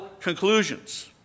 conclusions